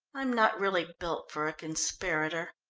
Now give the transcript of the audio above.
i'm not really built for a conspirator.